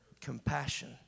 compassion